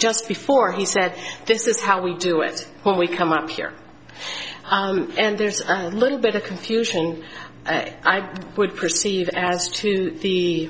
just before he said this is how we do it when we come up here and there's a little bit of confusion i would perceive as to the